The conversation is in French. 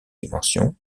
dimensions